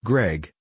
Greg